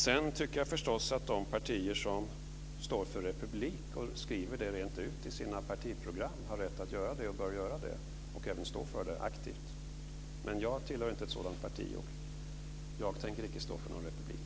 Sedan tycker jag förstås att de partier som står för republik och skriver det rent ut i sina partiprogram har rätt att göra det. De bör göra det, och även stå för det aktivt. Men jag tillhör inte ett sådant parti. Jag tänker inte stå för någon republik.